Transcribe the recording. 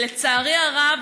לצערי הרב,